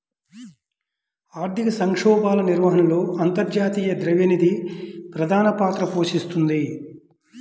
ఆర్థిక సంక్షోభాల నిర్వహణలో అంతర్జాతీయ ద్రవ్య నిధి ప్రధాన పాత్ర పోషిస్తోంది